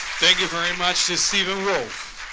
thank you very much to stephen wolff,